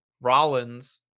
Rollins